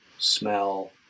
Smell